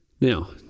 Now